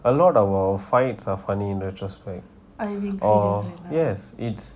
a lot of our fights are funny in retrospect or yes it's